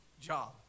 job